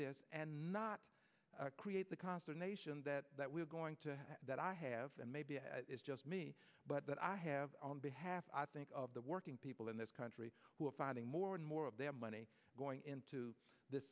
this and not create the consternation that we're going to that i have and maybe it's just me but i have on behalf i think of the working people in this country who are finding more and more of them money going into th